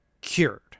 cured